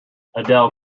adele